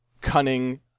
cunning